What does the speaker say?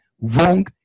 wrong